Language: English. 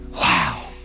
wow